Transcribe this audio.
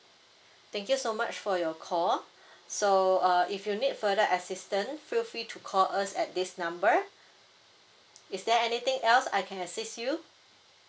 thank you so much for your call so uh if you need further assistance feel free to call us at this number is there anything else I can assist you